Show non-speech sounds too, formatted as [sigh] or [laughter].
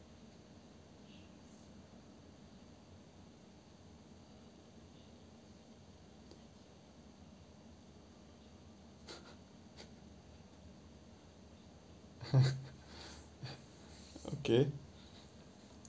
[laughs] okay